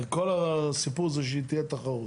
הרי כל הסיפור הזה שתהיה תחרות.